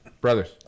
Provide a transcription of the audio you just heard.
Brothers